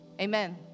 Amen